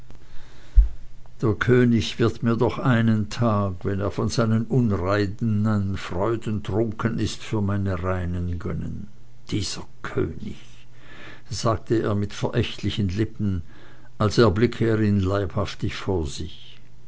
der könig wird mir doch einen tag wenn er von seinen unreinen freuden trunken ist für meine reinen gönnen dieser könig sagte er mit verächtlichen lippen als erblickte er ihn leibhaftig vor sich